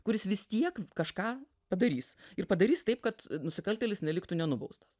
kuris vis tiek kažką padarys ir padarys taip kad nusikaltėlis neliktų nenubaustas